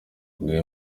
bamwe